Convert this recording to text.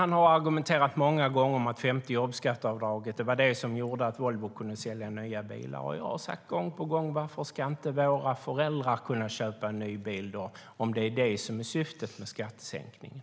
Han har många gånger argumenterat för det femte jobbskatteavdraget som det som gjorde att Volvo kunde sälja nya bilar. Jag har gång på gång sagt: Varför ska då inte våra föräldrar kunna köpa en ny bil om det är det som är syftet med skattesänkningen?